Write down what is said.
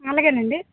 అలాగే అండి